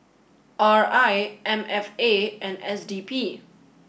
R I M F A and S D P